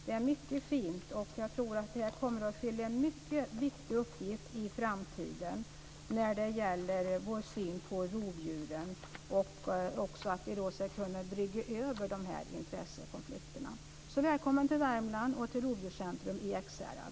Det är mycket fint, och det kommer att fylla en väldigt viktig uppgift i framtiden när det gäller vår syn på rovdjuren och möjligheterna att överbrygga dessa intressekonflikter. Så välkommen till Värmland och till rovdjurscentrum i Ekshärad!